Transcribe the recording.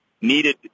needed